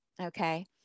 Okay